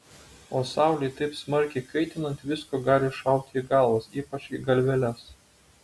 o saulei taip smarkiai kaitinant visko gali šauti į galvas ypač į galveles